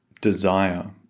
desire